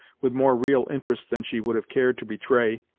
with more real interest than she would have cared to betray,